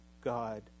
God